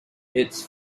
its